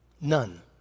none